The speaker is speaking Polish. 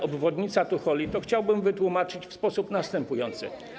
obwodnica Tucholi, to chciałbym wytłumaczyć w sposób następujący.